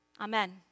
Amen